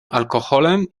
alkoholem